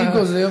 צדיק גוזר